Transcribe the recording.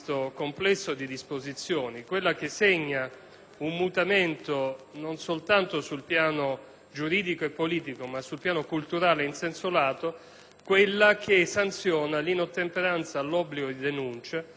un mutamento non soltanto sul piano giuridico e politico ma anche su quello culturale in senso lato, è quella che sanziona l'inottemperanza all'obbligo di denuncia, raccogliendo l'esortazione